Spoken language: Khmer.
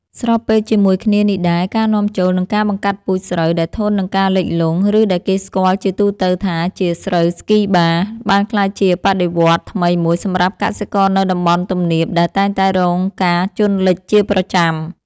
ស្របពេលជាមួយគ្នានេះដែរ ការនាំចូល និងការបង្កាត់ពូជស្រូវដែលធន់នឹងការលិចលង់ ឬដែលគេស្គាល់ជាទូទៅថាជា ស្រូវស្គីបា បានក្លាយជាបដិវត្តន៍ថ្មីមួយសម្រាប់កសិករនៅតំបន់ទំនាបដែលតែងតែរងការជន់លិចជាប្រចាំ។